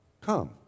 Come